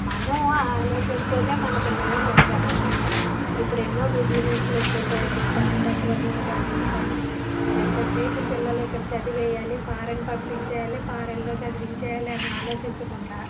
మనో ఆలోచనతోనే మన పిల్లల్ని పెంచాలన్నమాట ఇప్పుడు ఎన్నో బిజినెస్లు వచ్చేసేయండి స్టార్ట్ అప్పులు అని అవన్నీ ఇవన్నీ ఎంతసేపు పిల్లలు ఇక్కడ చదివేయాలి ఫారెన్ పంపించేయాలి ఫారెన్లో చదివించేయాలనే ఆలోచించకుండా